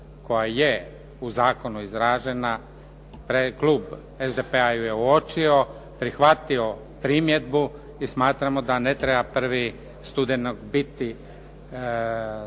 koja je u zakonu izražena, klub SDP-a ju je uočio, prihvatio primjedbu i smatramo da ne treba 1. studenog biti